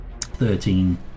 Thirteen